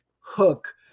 hook